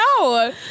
no